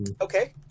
Okay